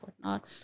whatnot